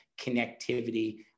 connectivity